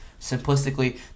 Simplistically